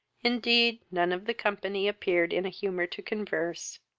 indeed, non of the company appeared in a humour to converse.